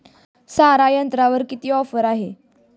सारा यंत्रावर किती ऑफर आहे?